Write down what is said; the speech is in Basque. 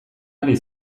ari